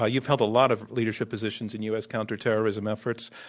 ah you've held a lot of leadership positions in u. s. counterterrorism efforts.